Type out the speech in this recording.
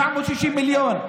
960 מיליון.